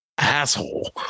asshole